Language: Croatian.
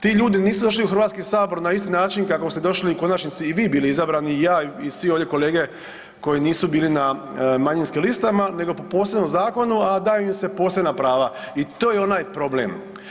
Ti ljudi nisu došli u Hrvatski sabor na isti način kako biste došli u konačnici i vi bili izabrani i ja i svi ovdje kolege koji nisu bili na manjinskim listama, nego po posebnom zakonu, a daju im se posebna prava i to je onaj problem.